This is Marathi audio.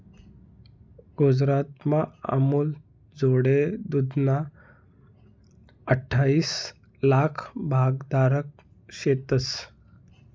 गुजरातमा अमूलजोडे दूधना अठ्ठाईस लाक भागधारक शेतंस